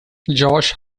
josh